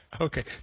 okay